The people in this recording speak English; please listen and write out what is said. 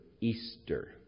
Easter